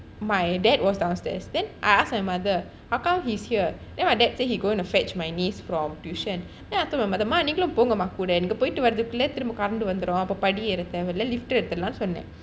my dad was downstairs then asked my mother how come his here then my dad say he going to fetch my niece from tuition then I told my mother mah நீங்களும் போங்கம்ம கூட நீங்க போயிட்டு வரதுக்குள்ள திரும்ப current வந்துடும் அப்போ படி ஏற தேவ இல்ல:neengalum pongamma kooda neenga poittu varathukkulla thirumba karandu vanthu lift எடுத்துடுலாம்:eduthudulaam um சொன்ன:sonna